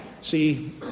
See